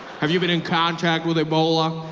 have you been in contact with ebola?